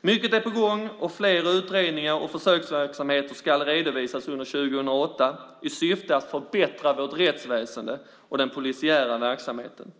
Mycket är på gång, och fler utredningar och försöksverksamheter ska redovisas under 2008 i syfte att förbättra vårt rättsväsende och den polisiära verksamheten.